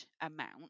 amount